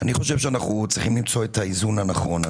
אני חושב שאנחנו צריכים למצוא את האיזון הנכון.